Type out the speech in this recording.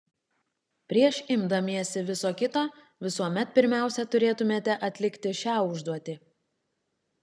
prieš imdamiesi viso kito visuomet pirmiausia turėtumėte atlikti šią užduotį